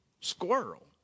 Squirrel